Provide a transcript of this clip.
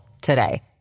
today